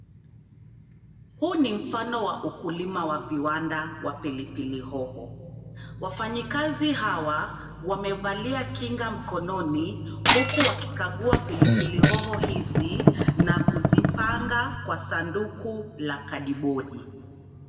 Huu ni mfano wa ukulima wa viwanda wa pilipilihoho, wafanyikazi hawa wamevalia kinga mkononi huku wakikagua pilipilihoho hizi na kuzipanga kwa sanduku la kadibodi.